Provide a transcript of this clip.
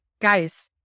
guys